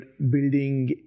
building